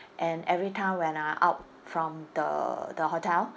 and every time when I out from the the hotel